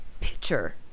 pitcher